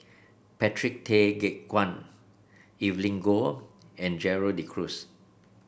Patrick Tay Teck Guan Evelyn Goh and Gerald De Cruz